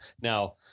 Now